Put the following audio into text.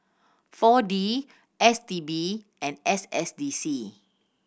Four D S T B and S S D C